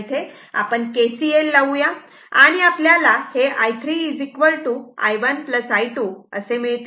इथे आपण KCL लावूया आणि आपल्याला i3 i1 i2 असे मिळते